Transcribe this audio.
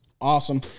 awesome